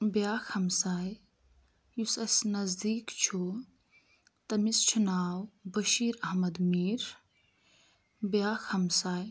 بیٚاکھ ہَمساے یُس اسہِ نزدیٖک چھُ تٔمِس چھُ ناو بشیٖر احمد میٖر بیٚاکھ ہمساے